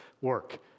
work